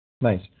Nice